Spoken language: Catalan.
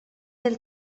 del